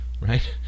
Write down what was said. right